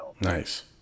Nice